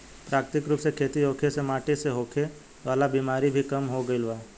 प्राकृतिक रूप से खेती होखे से माटी से होखे वाला बिमारी भी कम हो गईल बा